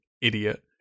idiot